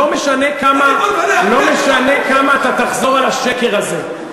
לא משנה כמה אתה תחזור על השקר הזה,